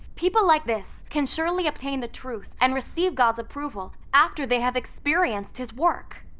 people like this can surely obtain the truth and receive god's approval after they have experienced his work.